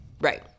Right